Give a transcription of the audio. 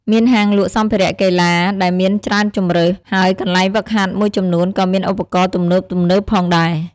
មានហាងលក់សម្ភារៈកីឡាដែលមានច្រើនជម្រើស ហើយកន្លែងហ្វឹកហាត់មួយចំនួនក៏មានឧបករណ៍ទំនើបៗផងដែរ។